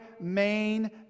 main